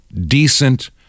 decent